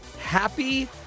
happy